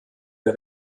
der